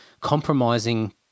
compromising